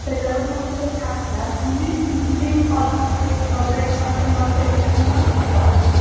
त्याच्यावरून मग तुम्हाला चार हजार आणि विथ इन्क्लुडिंग ऑल म्हणजे ब्रेकफास्ट अँड ऑल त्याच्यासाठी मग पाच हजार